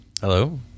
Hello